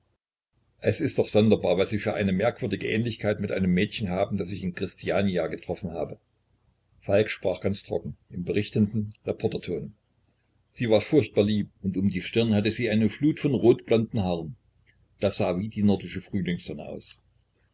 es ist doch sonderbar was sie für eine merkwürdige ähnlichkeit mit einem mädchen haben das ich in kristiania getroffen habe falk sprach ganz trocken im berichtenden reporterton sie war furchtbar lieb und um die stirn hatte sie eine flut von rotblonden haaren das sah wie die nordische frühlingssonne aus